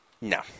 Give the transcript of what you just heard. No